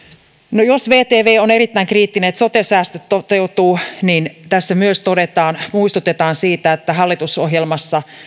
no jos vtv on erittäin kriittinen siihen että sote säästöt toteutuvat niin tässä myös todetaan muistutetaan siitä että hallitusohjelmassa